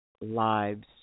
lives